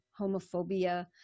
homophobia